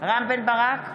רם בן ברק,